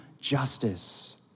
justice